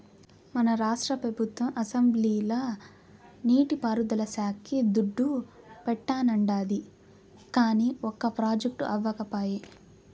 మన రాష్ట్ర పెబుత్వం అసెంబ్లీల నీటి పారుదల శాక్కి దుడ్డు పెట్టానండాది, కానీ ఒక ప్రాజెక్టు అవ్యకపాయె